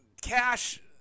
Cash